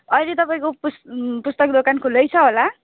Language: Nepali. अहिले तपाईँको पुस्तक दोकान खुल्लै छ होला